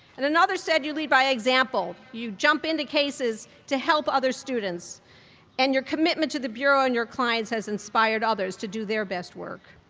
and another said you lead by example. you jump into cases to help other students and your commitment to the bureau and your clients has inspired others to do their best work.